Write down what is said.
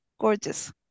Gorgeous